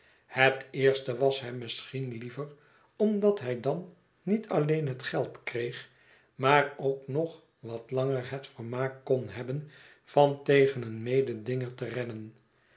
het eerste was hem misschien liever omdat hij dan niet alleen het geld kreeg maar ook nog wat langer het vermaak kon hebben van tegen een mededinger te rennen